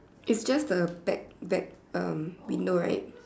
it's just the back back um window right